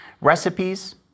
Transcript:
Recipes